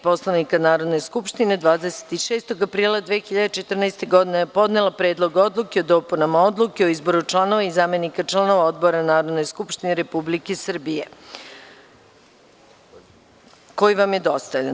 Poslovnika Narodne skupštine, 26. aprila 2014. godine, podnela Predlog odluke o dopunama Odluke o izboru članova i zamenika članova odbora Narodne skupštine Republike Srbije, koji vam je dostavljen.